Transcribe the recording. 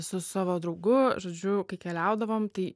su savo draugu žodžiu kai keliaudavom tai